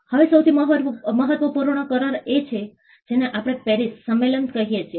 હવે સૌથી મહત્વપૂર્ણ કરાર તે છે જેને આપણે પેરિસ સંમેલન કહીએ છીએ